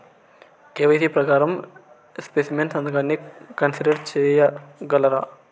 KYC ప్రకారం specimen సంతకాన్ని consider సేయగలరా?